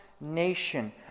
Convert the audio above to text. nation